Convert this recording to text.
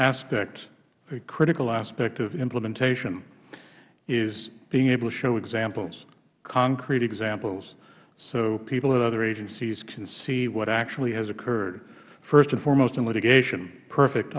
aspect a critical aspect of implementation is being able to show examples concrete examples so people at other agencies can see what actually has occurred first and foremost in litigation perfect